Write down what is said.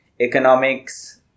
economics